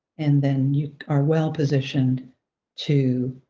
and then you are well positioned to